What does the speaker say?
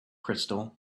crystal